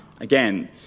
again